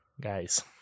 Guys